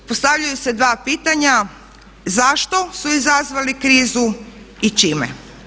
Postavljaju se dva pitanja, zašto su izazvali krizu i čime?